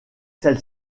celle